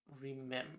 remember